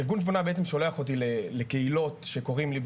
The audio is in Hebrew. ארגון "תבונה" שולח אותי לקהילות שקוראים לי.